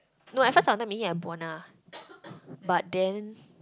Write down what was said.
no at first I wanted meet him at Buona but then